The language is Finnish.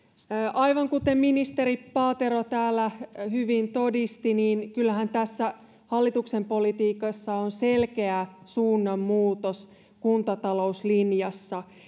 aivan kuten ministeri paatero täällä hyvin todisti niin kyllähän tässä hallituksen politiikassa on selkeä suunnanmuutos kuntatalouslinjassa